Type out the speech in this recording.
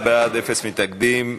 11 בעד, אין מתנגדים.